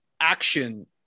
action